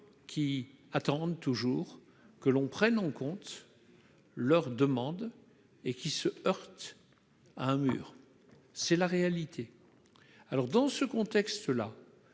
qui attendent toujours que l'on prenne en compte leurs demandes et qui se heurtent à un mur. C'est la réalité ! La réforme des